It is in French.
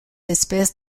espèces